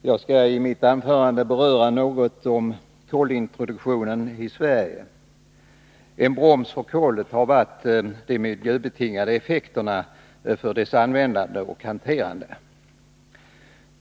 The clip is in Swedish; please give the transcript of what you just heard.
Herr talman! Jag skall i mitt anförande beröra något om kolintroduktionen i Sverige. En broms för introduktionen av kol har varit de miljöbetingade effekterna för dess användande och hanterande.